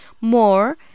more